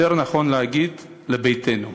יותר נכון להגיד, לביתנו.